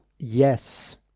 Yes